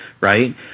right